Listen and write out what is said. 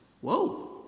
Whoa